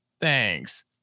Thanks